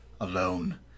alone